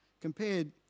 compared